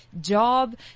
job